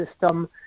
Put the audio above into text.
system